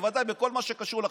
בוודאי בכל מה שקשור לחקירות.